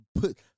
Put